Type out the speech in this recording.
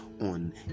on